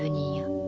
ah you